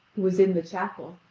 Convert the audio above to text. was in the chapel,